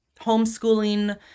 Homeschooling